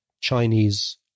Chinese